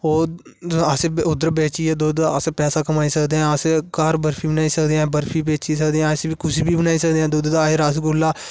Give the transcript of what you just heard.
और असें उद्धर बेची ऐ दद्ध अस पैसे कमाई सकदे आं अस घर बर्फी बनाई सकदे आं बर्फी बेची सकदे रसगुल्ला